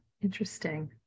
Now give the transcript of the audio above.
Interesting